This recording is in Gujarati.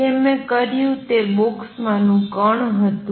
જે મેં કર્યું તે બોક્સમાંનું કણ હતું